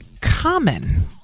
Common